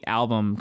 album